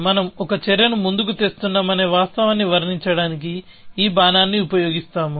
మనం ఒక చర్యను ముందుకు తెస్తున్నామనే వాస్తవాన్ని వర్ణించడానికి ఈ బాణాన్ని ఉపయోగిస్తాము